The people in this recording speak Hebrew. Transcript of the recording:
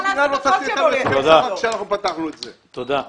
תודה.